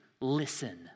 listen